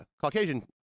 Caucasian